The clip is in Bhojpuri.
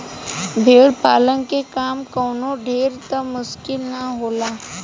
भेड़ पालन के काम कवनो ढेर त मुश्किल ना होला